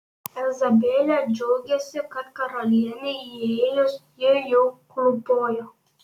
izabelė džiaugėsi kad karalienei įėjus ji jau klūpojo